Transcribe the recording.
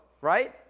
right